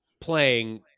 playing